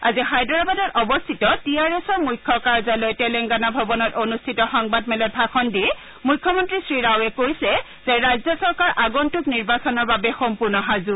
আজি হায়দৰাবাদত অৱস্থিত টি আৰ এছৰ মুখ্য কাৰ্য্যালয় তেলেংগানা ভৱনত অনুষ্ঠিত সংবাদমেলত ভাষণ দি মুখ্যমন্ত্ৰী শ্ৰীৰাৱে কৈছে যে ৰাজ্য চৰকাৰ আগন্তুক নিৰ্বাচনৰ বাবে সম্পূৰ্ণ সাজু